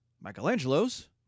Michelangelo's